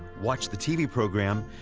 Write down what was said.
watch the tv program,